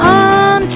on